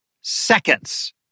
seconds